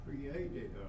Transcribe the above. created